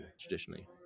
traditionally